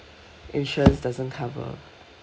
insurance doesn't cover